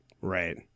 Right